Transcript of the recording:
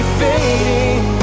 fading